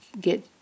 get